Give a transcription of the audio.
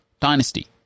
Dynasty